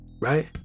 right